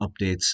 updates